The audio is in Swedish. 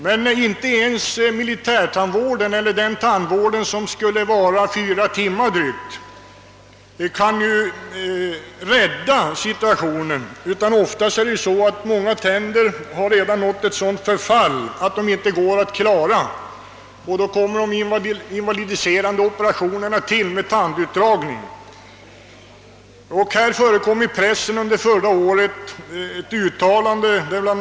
Men inte ens militärtandvården — som alltså skulle omfatta drygt 4 timmar per patient — kan rädda tandsituationen för dessa ungdomar. I många fall har nämligen tänderna nått ett sådant förfall att de inte går att klara. Den mindre tidskrävande men invalidiserande behandling som tandutdragning innebär blir enda möjligheten.